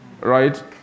right